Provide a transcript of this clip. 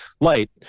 light